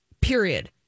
period